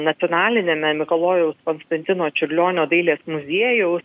nacionaliniame mikalojaus konstantino čiurlionio dailės muziejaus